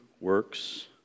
works